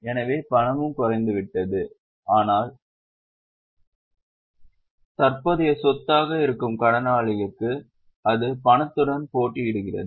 எனவே பணமும் குறைந்துவிட்டது ஆனால் தற்போதைய சொத்தாக இருக்கும் கடனாளிக்கு அது பணத்துடன் போட்டியிடுகிறது